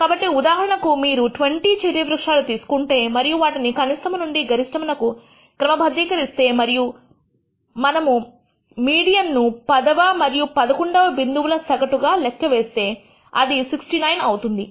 కాబట్టి ఉదాహరణకు మీరు 20 చెర్రీ వృక్షాలు తీసుకుంటే మరియు వాటిని కనిష్టము నుండి గరిష్ట నకు క్రమబద్దీకరిస్తే మరియు మనము మీడియన్ ను పదవ మరియు పదకొండవ బిందువుల సగటు గా లెక్క వేస్తే అది 69 అవుతుంది